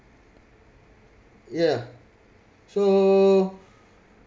yeah so